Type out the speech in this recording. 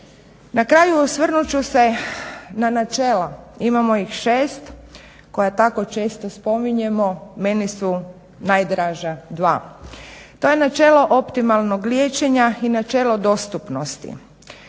Na kraju, osvrnut ću se na načela. Imamo ih šest koja tako često spominjemo. Meni su najdraža dva. To je načelo optimalnog liječenja i načelo dostupnosti.